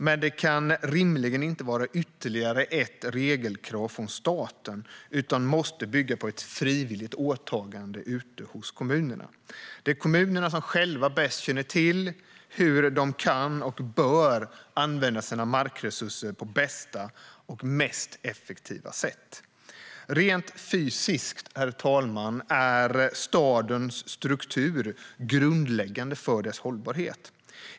Men detta kan rimligen inte vara ytterligare ett regelkrav från staten utan måste bygga på ett frivilligt åtagande hos kommunerna. Det är kommunerna som själva bäst känner till hur de kan och bör använda sina markresurser på bästa och mest effektiva sätt. Rent fysiskt är stadens struktur grundläggande för dess hållbarhet.